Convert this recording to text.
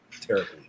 terribly